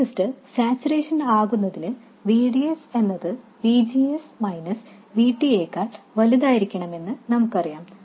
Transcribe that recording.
transistor saturation ആകുന്നതിന് VDS എന്നത് VGS VT യെക്കാൾ വലുതായിരിക്കണമെന്ന് നമുക്കറിയാം